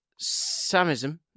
Samism